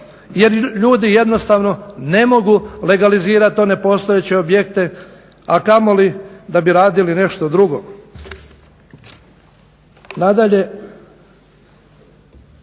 jer ljudi jednostavno ne mogu legalizirati one postojeće objekte, a kamoli da bi radili nešto drugo. Nadalje,